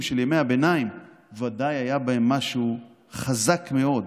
של ימי הביניים ודאי היה בהם משהו חזק מאוד.